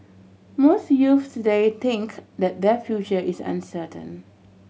most youths today think that their future is uncertain